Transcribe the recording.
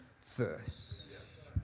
first